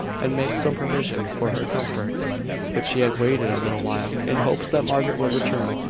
and make some provision for her comfort but she had waited a little while, in hopes that margaret would return,